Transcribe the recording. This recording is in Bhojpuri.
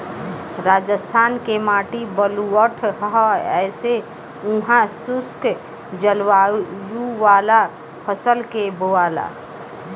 राजस्थान के माटी बलुअठ ह ऐसे उहा शुष्क जलवायु वाला फसल के बोआला